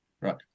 Right